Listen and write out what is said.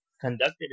conducted